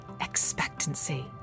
expectancy